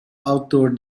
outdoor